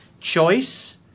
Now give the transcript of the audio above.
choice